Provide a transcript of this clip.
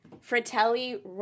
Fratelli